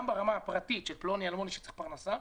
גם ברמה הפרטית של פלוני אלמוני שצריך פרנסה,